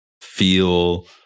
feel